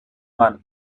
man